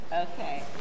Okay